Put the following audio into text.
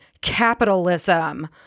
capitalism